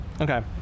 Okay